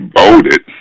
voted